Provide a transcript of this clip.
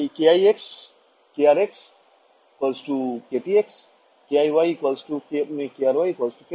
তাই kix krx ktx kiy kry kty